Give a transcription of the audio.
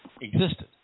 existed